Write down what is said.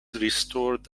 restored